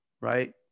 right